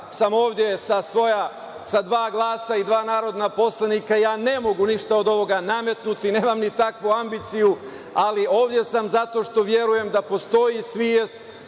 sa svoja dva glasa i dva narodna poslanika ja ne mogu ništa od ovoga nametnuti, nemam ni takvu ambiciju, ali ovde sam zato što verujem da postoji svest